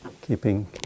keeping